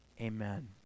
Amen